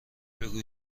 بگو